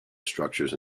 structures